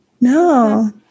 No